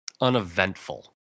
uneventful